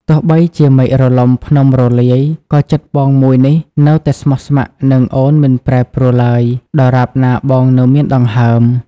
ទោះបីជាមេឃរលំ ភ្នំរលាយ ក៏ចិត្តបងមួយនេះនៅតែស្មោះស្ម័គ្រនឹងអូនមិនប្រែប្រួលឡើយ ដរាបណាបងនៅមានដង្ហើម។